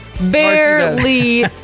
Barely